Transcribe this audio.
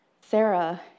Sarah